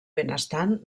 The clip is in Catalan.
benestant